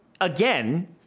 again